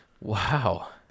wow